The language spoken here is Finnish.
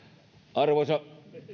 arvoisa